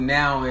now